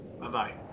Bye-bye